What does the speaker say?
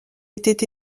était